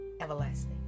Everlasting